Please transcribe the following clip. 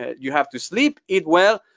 ah you have to sleep, eat well,